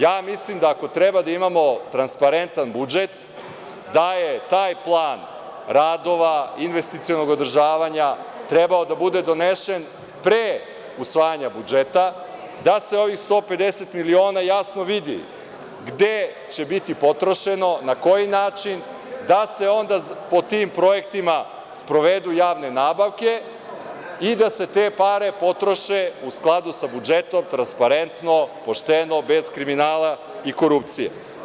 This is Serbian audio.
Ja mislim da ako treba da imamo transparentan budžet, da je taj plan radova investicionog održavanja trebalo da bude donesen pre usvajanja budžeta, da se ovih 150 miliona jasno vidi gde će biti potrošeno, na koji način, da se onda po tim projektima sprovedu javne nabavke i da se te pare potroše u skladu sa budžetom transparentno, pošteno, bez kriminala i korupcije.